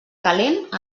calent